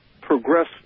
progress